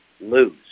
lose